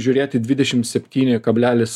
žiūrėt į dvidešim septyni kablelis